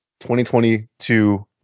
2022